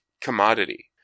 commodity